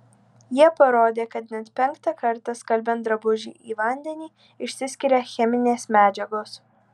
jie parodė kad net penktą kartą skalbiant drabužį į vandenį išsiskiria cheminės medžiagos